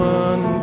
one